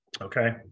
okay